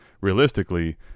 realistically